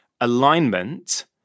alignment